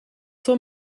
zur